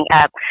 up